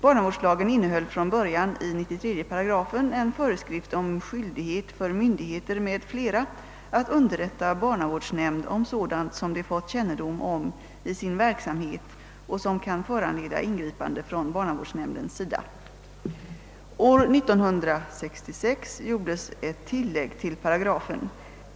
Barnavårdslagen innehöll från början i 93 § en föreskrift om skyldighet för myndigheter m.fl. att underrätta barnavårdsnämnd om sådant som de fått kännedom om i sin verksamhet och som kan föranleda ingripande från barnavårdsnämndens sida. År 1966 gjordes ett tillägg till paragrafen.